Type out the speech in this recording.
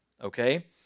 Okay